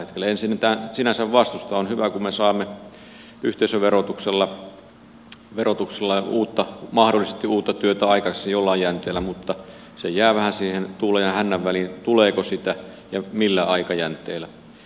en sentään sinänsä vastusta on hyvä kun me saamme yhteisöverotuksella mahdollisesti uutta työtä aikaiseksi jollain jänteellä mutta se jää vähän siihen tuulen ja hännän väliin tuleeko sitä ja millä aikajänteellä